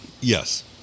Yes